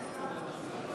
התשע"ד 2014,